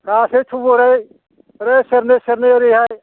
गासै थुबुरै ओरै सेरनै सेरनै ओरैहाय